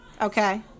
Okay